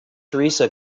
theresa